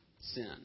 sin